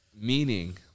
Meaning